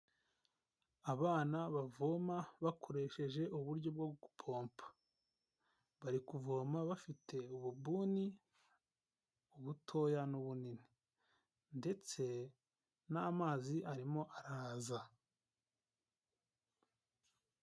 Abana bavoma bakoresheje uburyo bwo gupompa, bari kuvoma bafite ububuni ubutoya n'ubunini ndetse n'amazi arimo araza.